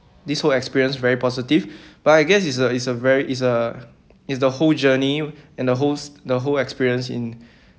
this whole experience very positive but I guess is a is a very is a is the whole journey and the whole the whole experience in